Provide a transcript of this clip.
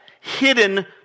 hidden